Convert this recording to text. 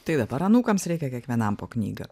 tai dabar anūkams reikia kiekvienam po knygą